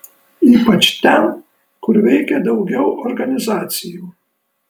ypač ten kur veikė daugiau organizacijų